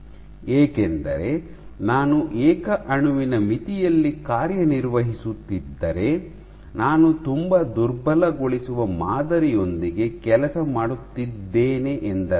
ಏಕೆಂದರೆ ನಾನು ಏಕ ಅಣುವಿನ ಮಿತಿಯಲ್ಲಿ ಕಾರ್ಯನಿರ್ವಹಿಸುತ್ತಿದ್ದರೆ ನಾನು ತುಂಬಾ ದುರ್ಬಲಗೊಳಿಸುವ ಮಾದರಿಯೊಂದಿಗೆ ಕೆಲಸ ಮಾಡುತ್ತಿದ್ದೇನೆ ಎಂದರ್ಥ